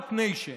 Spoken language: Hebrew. סטרטאפ ניישן.